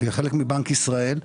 חלק מבנק ישראל,